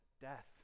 death